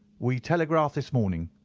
we telegraphed this morning.